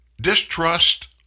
Distrust